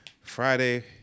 Friday